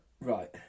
Right